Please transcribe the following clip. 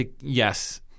Yes